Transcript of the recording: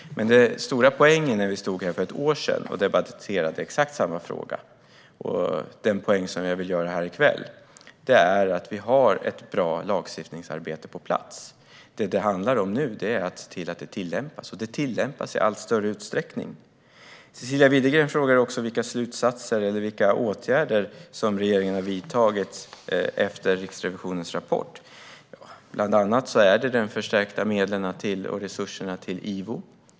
Den stora poängen när vi stod här för ett år sedan och debatterade exakt samma fråga, och den poäng som jag vill göra här i kväll, är dock att vi har ett bra lagstiftningsarbete på plats. Vad det handlar om nu är att se till att det tillämpas, och så sker i allt större utsträckning. Cecilia Widegren frågade också om slutsatserna eller vilka åtgärder regeringen har vidtagit efter Riksrevisionens rapport. Det är bland annat de förstärkta medlen och resurserna till IVO.